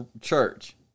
church